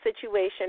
situation